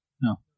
No